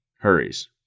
hurries